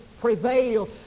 prevail